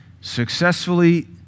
Successfully